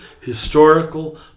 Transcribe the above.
historical